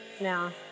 now